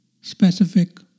specific